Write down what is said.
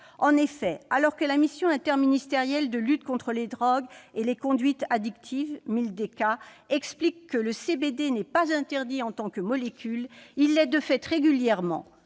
En effet, alors que la mission interministérielle de lutte contre les drogues et les conduites addictives, la Mildeca, explique que le CBD n'est pas interdit en tant que molécule, il l'est de fait régulièrement.